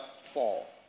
fall